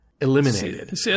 eliminated